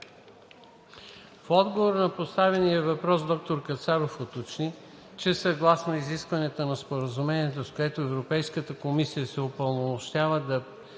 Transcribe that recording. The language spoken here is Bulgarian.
В отговор на поставения въпрос доктор Кацаров уточни, че съгласно изискванията на Споразумението, с което Европейската комисия се упълномощава да